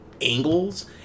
angles